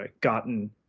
gotten